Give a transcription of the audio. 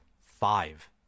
five